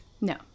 no